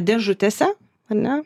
dėžutėse ane